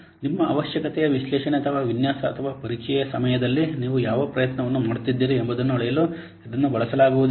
ನಿಮ್ಮ ಅವಶ್ಯಕತೆಯ ವಿಶ್ಲೇಷಣೆ ಅಥವಾ ವಿನ್ಯಾಸ ಅಥವಾ ಪರೀಕ್ಷೆಯ ಸಮಯದಲ್ಲಿ ನೀವು ಯಾವ ಪ್ರಯತ್ನವನ್ನು ಮಾಡುತ್ತಿದ್ದೀರಿ ಎಂಬುದನ್ನು ಅಳೆಯಲು ಇದನ್ನು ಬಳಸಲಾಗುವುದಿಲ್ಲ